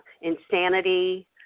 insanity